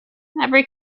every